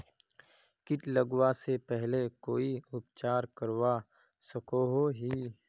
किट लगवा से पहले कोई उपचार करवा सकोहो ही?